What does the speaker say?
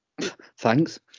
thanks